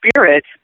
spirit